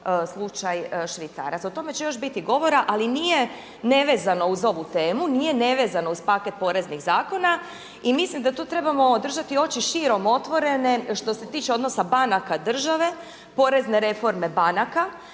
slučaj švicarac. O tome će još biti govora, ali nije nevezano uz ovu temu nije nevezano uz paket poreznih zakona i mislim da tu trebamo držati oči širom otvorene što se tiče odnosa banaka-države, porezne reforme-banaka